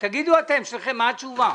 תגידו אתם שניכם מה התשובה.